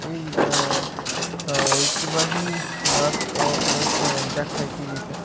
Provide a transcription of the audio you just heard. এই ঐতিহ্যবাহী নাচও অনেক দেখায় টি ভিতে